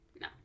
No